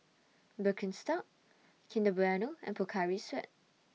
Birkenstock Kinder Bueno and Pocari Sweat